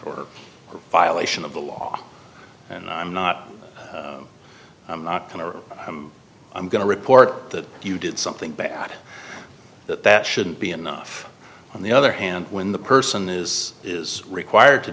or violation of the law and i'm not i'm not going or i'm going to report that you did something bad that that shouldn't be enough on the other hand when the person is is required to